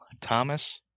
Thomas